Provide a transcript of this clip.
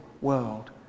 world